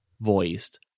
voiced